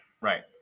right